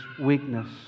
weakness